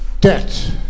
debt